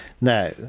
Now